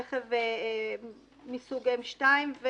רכב מסוג M2,